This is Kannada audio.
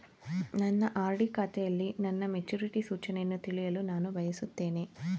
ನನ್ನ ಆರ್.ಡಿ ಖಾತೆಯಲ್ಲಿ ನನ್ನ ಮೆಚುರಿಟಿ ಸೂಚನೆಯನ್ನು ತಿಳಿಯಲು ನಾನು ಬಯಸುತ್ತೇನೆ